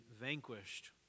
vanquished